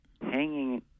hanging